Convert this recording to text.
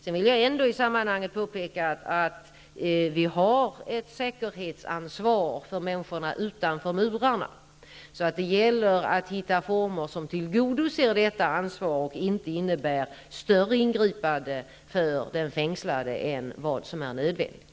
Jag vill i sammanhanget påpeka att vi har ett säkerhetsansvar för människorna utanför murarna. Det gäller att hitta former för att uppfylla detta ansvar som inte innebär större ingripanden för den fängslade än vad som är nödvändigt.